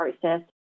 process